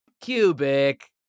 Cubic